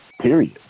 period